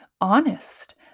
honest